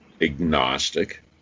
agnostic